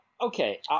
okay